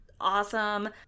awesome